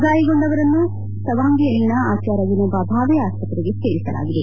ಗಾಯಗೊಂಡವರನ್ನು ಸವಾಂಘಿಯಲ್ಲಿನ ಆಚಾರ್ಯ ವಿನೋಬಾ ಭಾವೆ ಆಸ್ತತೆಗೆ ಸೇರಿಸಲಾಗಿದೆ